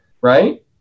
right